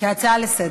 כהצעה לסדר-היום.